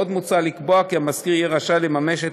עוד מוצע לקבוע כי המשכיר יהיה רשאי לממש את